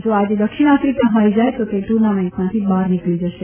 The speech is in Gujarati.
જા આજે દક્ષિણ આફ્રિકા હારી જાય તો તે ટુર્નામેન્ટમાંથી બહાર નીકળી જશે